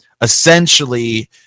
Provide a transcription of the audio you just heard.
essentially